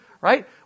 Right